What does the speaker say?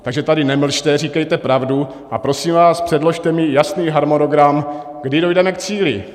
Takže tady nemlžte, říkejte pravdu, a prosím vás, předložte mi jasný harmonogram, kdy dojdeme k cíli.